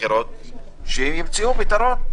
הבחירות שימצאו פתרון.